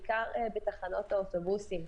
בעיקר בתחנות האוטובוסים.